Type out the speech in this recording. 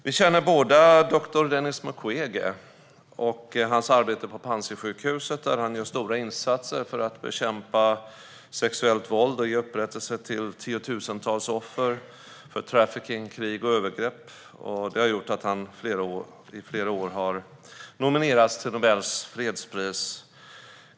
Vi känner båda doktor Denis Mukwege och hans arbete på Panzisjukhuset där han gör stora insatser för att bekämpa sexuellt våld och ge upprättelse till tiotusentals offer för trafficking, krig och övergrepp. Det har gjort att han i flera år har nominerats till Nobels fredspris.